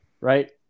right